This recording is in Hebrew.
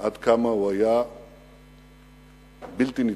עד כמה הוא היה בלתי נתפס.